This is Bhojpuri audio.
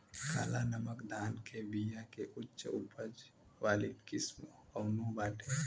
काला नमक धान के बिया के उच्च उपज वाली किस्म कौनो बाटे?